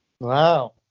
Wow